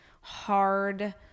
hard